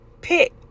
pick